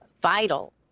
vital